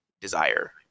desire